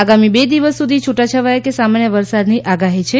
આગામી બે દિવસ સુધી છુટાછવાયા કે સામાન્ય વરસાદની આગાહી છે